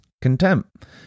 contempt